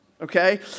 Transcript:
okay